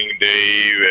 Dave